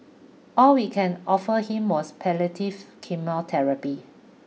all we can offer him was palliative chemotherapy